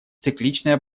цикличная